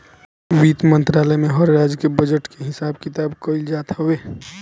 वित्त मंत्रालय में हर राज्य के बजट के हिसाब किताब कइल जात हवे